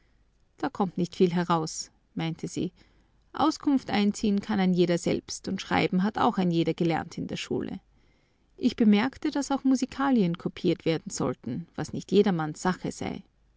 da kommt nicht viel heraus meinte sie auskunft einziehen kann ein jeder selbst und schreiben hat auch ein jeder gelernt in der schule ich bemerkte daß auch musikalien kopiert werden sollten was nicht jedermanns sache sei